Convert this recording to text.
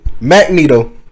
Magneto